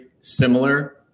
similar